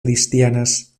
cristianas